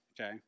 Okay